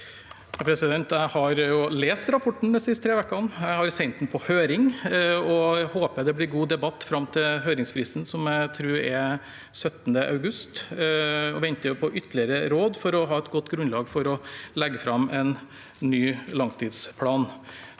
Jeg har lest rapporten de siste tre ukene. Jeg har sendt den på høring. Jeg håper det blir en god debatt fram til høringsfristen – som jeg tror er 17. august – og venter på ytterligere råd for å ha et godt grunnlag for å legge fram en ny langtidsplan.